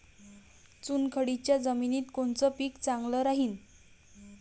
चुनखडीच्या जमिनीत कोनचं पीक चांगलं राहीन?